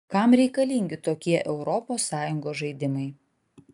kam reikalingi tokie europos sąjungos žaidimai